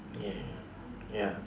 yeah ya